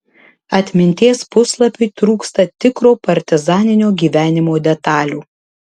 atminties puslapiui trūksta tikro partizaninio gyvenimo detalių